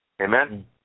Amen